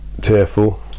tearful